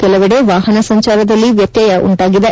ಕೆಲವಡೆ ವಾಹನ ಸಂಚಾರದಲ್ಲಿ ವೃತ್ತಯ ಉಂಟಾಗಿದೆ